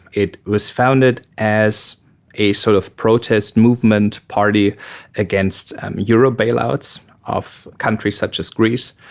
it was founded as a sort of protest movement party against euro bailouts of countries such as greece,